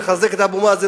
לחזק את אבו מאזן,